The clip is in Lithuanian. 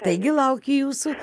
taigi laukiu jūsų